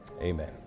Amen